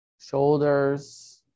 shoulders